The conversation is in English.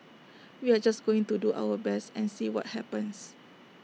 we are just going to do our best and see what happens